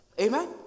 Amen